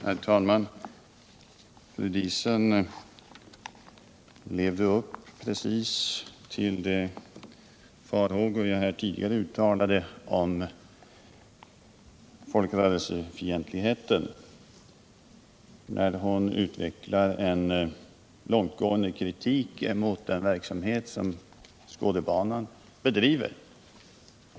Herr talman! Fru Diesen visade att de farhågor jag tidigare uttalade om folkrörelsefientligheten inte var ogrundade, eftersom hon riktade en långtgående kritik mot den verksamhet som Skådebanan bedriver.